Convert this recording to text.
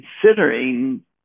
considering